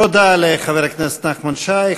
תודה לחבר הכנסת נחמן שי.